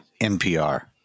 NPR